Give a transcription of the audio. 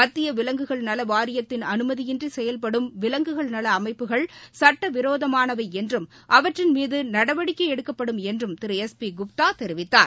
மத்திய விலங்குகள் நலவாரியத்தின் அனுமதியின்றி செயல்படும் விலங்குகள் நல அமைப்புகள் சுட்டவிரோதமானவை என்றும் அவற்றின் மீது நடவடிக்கை எடுக்கப்படும் என்றும் திரு எஸ் பி குப்தா தெரிவித்தார்